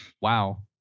Wow